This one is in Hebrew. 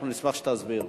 אנחנו נשמח שתסביר.